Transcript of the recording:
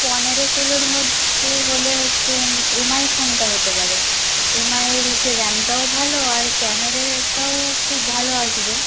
পনেরো ষোলোর মধ্যে হলে হচ্ছে এম আই ফোনটা হতে পারে এম আইয়ের হচ্ছে র্যামটাও ভালো আর ক্যামেরাটাও খুব ভালো আসবে